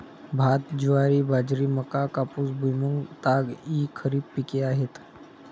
भात, ज्वारी, बाजरी, मका, कापूस, भुईमूग, ताग इ खरीप पिके आहेत